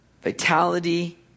vitality